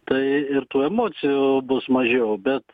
tai ir tų emocijų bus mažiau bet